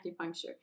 acupuncture